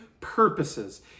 purposes